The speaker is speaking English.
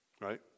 right